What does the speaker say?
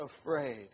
afraid